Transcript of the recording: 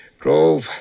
drove